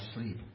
sleep